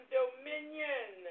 dominion